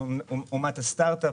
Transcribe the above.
אנחנו אומת הסטרטאפ,